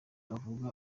uvuze